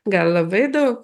gal labai daug